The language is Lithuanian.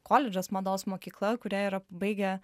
koledžas mados mokykla kurią yra pabaigę